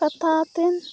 ᱠᱟᱛᱷᱟ ᱟᱛᱮ